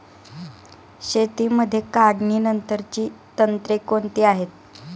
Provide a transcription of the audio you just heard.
शेतीमध्ये काढणीनंतरची तंत्रे कोणती आहेत?